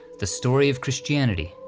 the story of christianity,